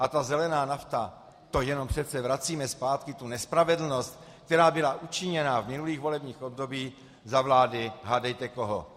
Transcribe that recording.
A zelená nafta, to jenom přece vracíme zpátky tu nespravedlnost, která byla učiněna v minulých volebních obdobích za vlády hádejte koho.